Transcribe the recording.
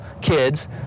kids